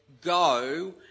Go